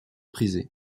prisée